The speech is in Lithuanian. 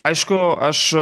aišku aš